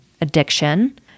addiction